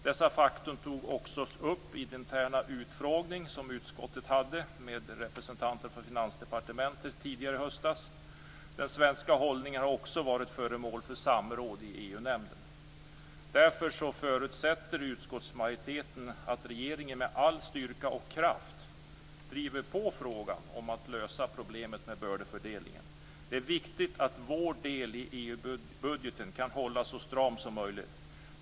Dessa faktum togs också upp i den interna utfrågning som utskottet hade med representanter för Finansdepartementet tidigare i höstas. Den svenska hållningen har också varit föremål för samråd i EU-nämnden. Utskottsmajoriteten förutsätter att regeringen med all styrka och kraft driver på frågan om att lösa problemet med bördefördelningen. Det är viktigt att vår del i EU-budgeten kan hållas så stram som möjligt.